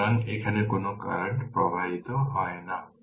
সুতরাং এখানে কোন কারেন্ট প্রবাহিত হয় না